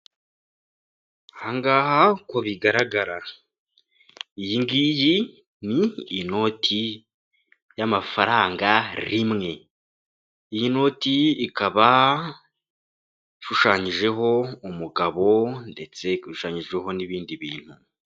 Aha ngaha uko bigaragara iyi ngiyi ni inoti y'amafaranga rimwe iyi noti ikaba ishushanyijeho umugabo ndetse ikaba ishushanyijeho n'ibindi bintu.